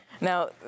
Now